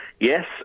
Yes